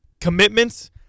commitments